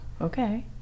Okay